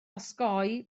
osgoi